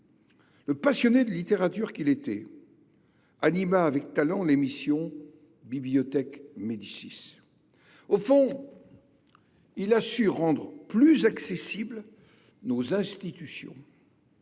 Le passionné de littérature qu’il était anima avec talent l’émission. Au fond, il a su rendre plus accessibles nos institutions